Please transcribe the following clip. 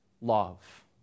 love